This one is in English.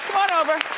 on over.